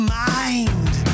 mind